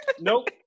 nope